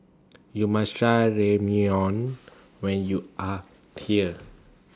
YOU must Try Ramyeon when YOU Are here